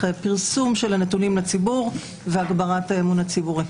פרסום של הנתונים לציבור והגברת האמון הציבורי.